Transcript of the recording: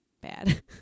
bad